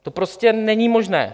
To prostě není možné!